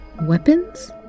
Weapons